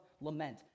lament